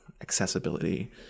accessibility